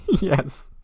Yes